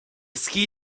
ski